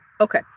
Okay